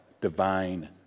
divine